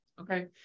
okay